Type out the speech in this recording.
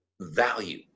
value